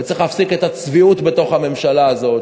וצריך להפסיק את הצביעות בתוך הממשלה הזאת,